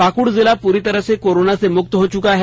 पाकुड़ जिला पूरी तरह से कोरोना से मुक्त हो चुका है